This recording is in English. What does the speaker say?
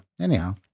anyhow